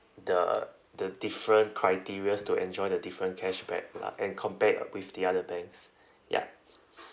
the the different criteria to enjoy the different cashback lah and compare it with the other banks yup